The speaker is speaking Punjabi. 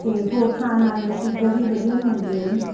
ਅਤੇ ਹੋਰ ਖਾਣ ਵਾਲੀਆਂ ਚੀਜ਼ਾਂ ਵੀ ਵਧੀਆ ਮਿਲਦੀਆਂ ਜੀ